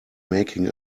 making